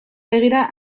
begira